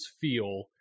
feel